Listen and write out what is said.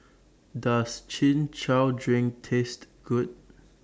Does Chin Chow Drink Taste Good